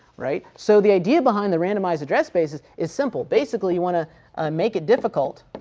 right. so the idea behind the randomized address base is is simple. basically you want to make it difficult